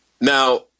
now